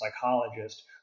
psychologist